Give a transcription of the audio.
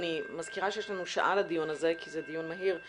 אני מזכירה שיש לנו שעה לדיון הזה כי זה דיון מהיר,